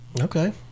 Okay